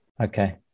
Okay